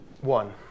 One